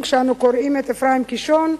כשאנו קוראים את אפרים קישון,